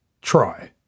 try